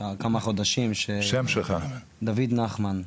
דוד נחמן,